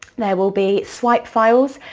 there will be swipe files,